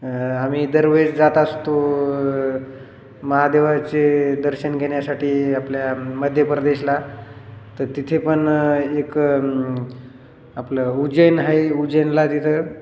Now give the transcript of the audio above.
आम्ही दरवेळेस जात असतो महादेवाचे दर्शन घेण्यासाठी आपल्या मध्यप्रदेशला त तिथे पण एक आपलं उज्जैन आहे उज्जैनला तिथं